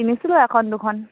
কিনিছিলোঁ এখন দুখন